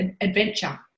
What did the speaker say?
adventure